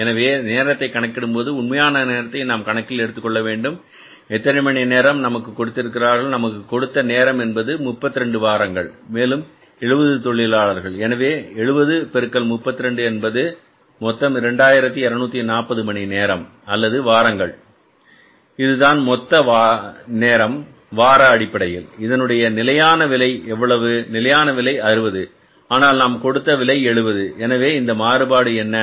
எனவே நேரத்தை கணக்கிடும் போது உண்மையான நேரத்தை நாம் கணக்கில் எடுத்துக் கொள்ள வேண்டும் எத்தனை மணி நேரம் நமக்கு கொடுத்திருக்கிறார்கள் நமக்கு கொடுத்த நேரம் என்பது 32 வாரங்கள் மேலும் 70 தொழிலாளர்கள் எனவே 70 பெருக்கல் 32 என்பது மொத்தம் 2240 மணி நேரம் அல்லது வாரங்கள் இதுதான் மொத்த நேரம் வார அடிப்படையில் இதனுடைய நிலையான விலை எவ்வளவு நிலையான விலை 60 ஆனால் நாம் கொடுத்த விலை 70 எனவே இந்த மாறுபாடு என்ன